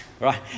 right